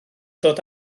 dod